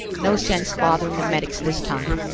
no sense bothering the medics this time.